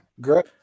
Great